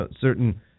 certain